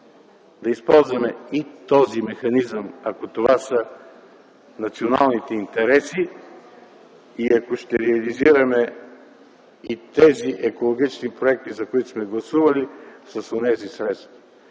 да използваме и този механизъм, ако това са националните интереси и ако ще реализираме и тези екологични проекти, за които сме гласували, с онези средства.